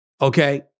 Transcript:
Okay